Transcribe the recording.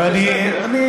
אבל בסדר.